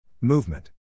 Movement